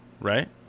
right